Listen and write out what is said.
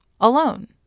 alone